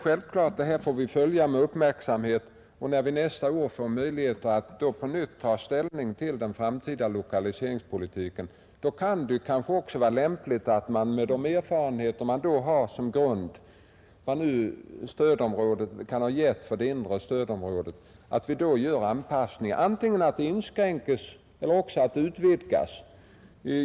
Självklart skall vi emellertid följa utvecklingen med uppmärksamhet, och när vi nästa år får möjligheter att på nytt ta ställning till den framtida lokaliseringspolitiken kan det vara lämpligt att med ledning av de erfarenheter man då har av stödåtgärderna för det inre stödområdet göra anpassningar, antingen i form av inskränkning eller i form av utvidgning.